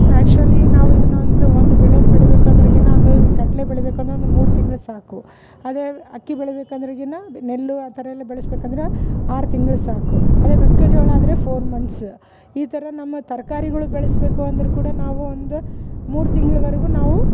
actually ನಾವು ಇದನ್ನು ಒಂದು ಒಂದು ಬೆಳೆನ ಬೆಳೀಬೇಕು ಅಂದ್ರಗಿನ ಒಂದು ಕಡಲೆ ಬೆಳೀಬೇಕು ಅಂದರೆ ಒಂದು ಮೂರು ತಿಂಗಳು ಸಾಕು ಅದೇ ಅಕ್ಕಿ ಬೆಳಿಬೇಕು ಅಂದ್ರಗಿನ ನೆಲ್ಲು ಆ ಥರ ಎಲ್ಲ ಬೆಳೆಸ್ಬೇಕಂದ್ರೆ ಆರು ತಿಂಗಳು ಸಾಕು ಅದೇ ಮೆಕ್ಕೆ ಜೋಳ ಆದರೆ ಫೋರ್ ಮಂತ್ಸ್ ಈ ಥರ ನಮ್ಮ ತರಕಾರಿಗಳು ಬೆಳೆಸ್ಬೇಕು ಅಂದ್ರೆ ಕೂಡ ನಾವು ಒಂದು ಮೂರು ತಿಂಗಳು ವರೆಗು ನಾವು